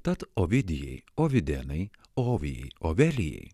tad ovidijai ovidenai ovijai ovelijai